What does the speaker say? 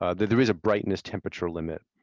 ah there there is a brightness temperature limit.